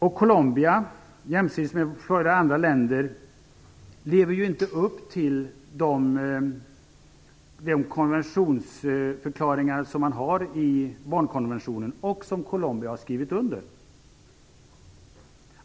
Colombia, jämsides med flera andra länder, lever ju inte upp till de konventionsförklaringar som finns i barnkonventionen och som Colombia har skrivit under.